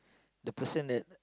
the person that